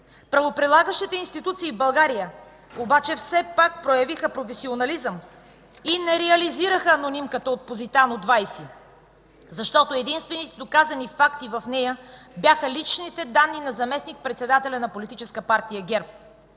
Правоприлагащите институции в България обаче все пак проявиха професионализъм и не реализираха анонимката от „Позитано” 20, защото единствените доказани факти в нея бяха личните данни на заместник-председателя на Политическа партия ГЕРБ.